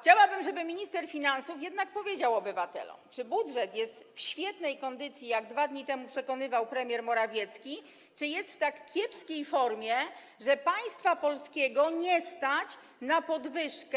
Chciałabym, żeby minister finansów jednak powiedział obywatelom, czy budżet jest w świetnej kondycji, jak 2 dni temu przekonywał premier Morawiecki, czy jest w tak kiepskiej formie, że państwa polskiego nie stać na podwyżki